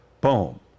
Boom